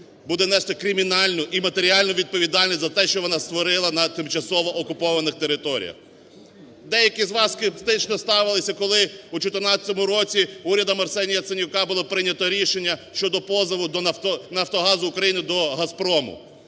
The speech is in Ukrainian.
буде нести кримінальну і матеріальну відповідальність за те, що вона створила на тимчасово окупованих територіях. Деякі з вас скептично ставилися, коли у 2014 році урядом Арсенія Яценюка було прийнято рішення щодо позову до… "Нафтогазу України" до "Газпрому".